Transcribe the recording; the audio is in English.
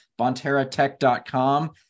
bonterratech.com